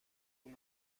پول